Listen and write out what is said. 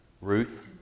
Ruth